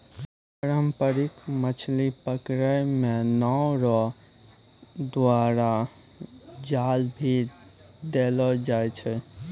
पारंपरिक मछली पकड़ै मे नांव रो द्वारा जाल भी देलो जाय छै